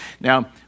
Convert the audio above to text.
Now